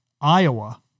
Iowa